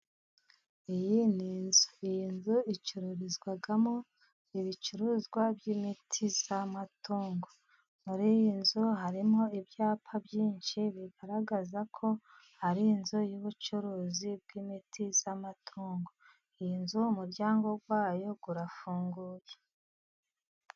Iyi ni inzu, iyi nzu icururizwamo ibicuruzwa by'imiti y'amatungo, muri iyi nzu harimo ibyapa byinshi bigaragaza ko ari inzu y'ubucuruzi bw'imiti y'amatungo, iyi nzu mu muryango wayo urafunguye.